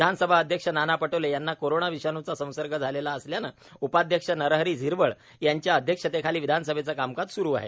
विधानसभाध्यक्ष नाना पटोले यांना कोरोना विषाणूचा संसर्ग झालेला असल्यानं उपाध्यक्ष नरहरी झिरवळ यांच्या अध्यक्षतेखाली विधानसभेचं कामकाज सुरू आहे